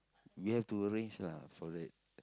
we have to arrange lah for that